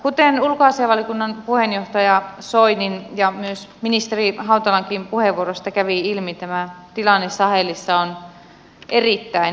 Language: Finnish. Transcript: kuten ulkoasiainvaliokunnan puheenjohtaja soinin ja myös ministeri hautalan puheenvuoroista kävi ilmi tämä tilanne sahelissa on erittäin huono